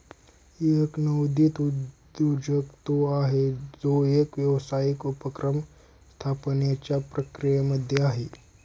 एक नवोदित उद्योजक तो आहे, जो एक व्यावसायिक उपक्रम स्थापण्याच्या प्रक्रियेमध्ये आहे